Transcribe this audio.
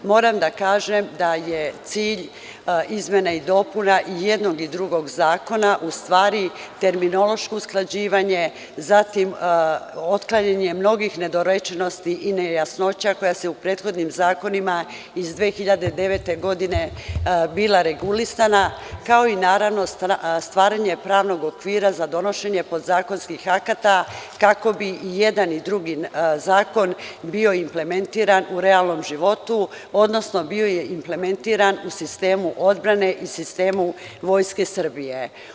Moram da kažem da je cilj izmene i dopuna i jednog i drugog zakona u stvari terminološko usklađivanje, zatim otklanjanje mnogih nedorečenosti i nejasnoća koja se u prethodnim zakonima iz 2009. godine bila regulisana, kao i naravno stvaranje pravnog okvira za donošenje podzakonskih akata kako bi i jedan i drugi zakon bio implementiran u realnom životu, odnosno bio je implementiran u sistemu odbrane i sistemu Vojske Srbije.